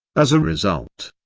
as a result,